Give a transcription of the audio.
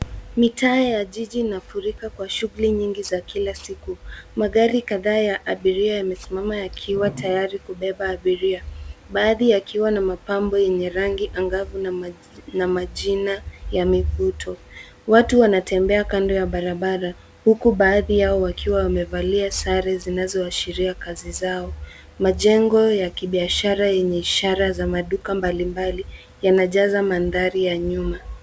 Mitaa ya jiji inafurika kwa shughuli nyingi za kila siku. Magari kadhaa ya abiria yamesimama yakiwa tayari kubeba abiria, baadhi yakiwa na mapambo yenye rangi angavu na majina ya mivuto. Watu wanatembea kando ya barabara huku baadhi yao wakiwa wamevalia sare zinazoashiria kazi zao. Majengo ya kibiashara yenye ishara za maduka mbalimbali yanajaza mandhari ya nyuma.